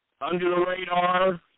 under-the-radar